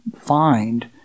find